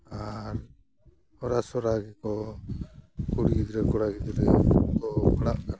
ᱟᱨ ᱚᱨᱟᱥᱚᱨᱟ ᱜᱮᱠᱚ ᱠᱩᱲᱤ ᱜᱤᱫᱽᱨᱟᱹ ᱠᱚᱲᱟ ᱜᱤᱫᱽᱨᱟᱹ ᱠᱚ ᱯᱟᱲᱦᱟᱜ ᱠᱟᱱᱟ